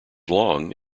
long